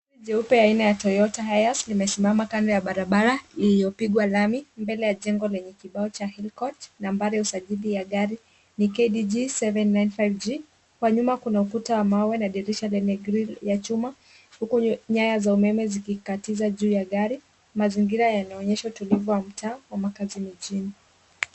Jeupe aina ya Toyota Hiace limesimama kando ya barabara iliyopigwa lami mbele ya jengo lenye kibao Hill Court. Nambari ya usajili ya gari ni KDG 795G. Kwa nyuma kuna ukuta wa mawe na dirisha lenye grill ya chuma huku nyaya za umeme zikikatiza juu ya gari. Mazingira yanaonyesha utulivu wa mtaa wa makazi mjini.